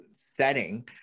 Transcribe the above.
setting